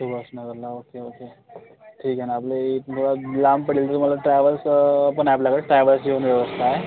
सुभाषनगरला okay okay ठीक आहे ना आपले इथनं थोडं लांब पडेल तुम्हाला ट्रॅवल्स पण आहे आपल्याकडं ट्रॅवल्सची पण व्यवस्था आहे